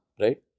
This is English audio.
right